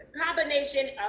combination